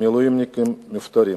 שהמילואימניקים מפוטרים.